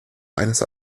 eines